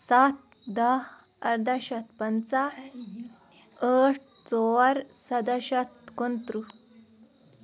سَتھ دَہہ اَردَہہ شَتھ پَنٛژَہ ٲٹھ ژور سَدَہہ شَتھ کُنترہ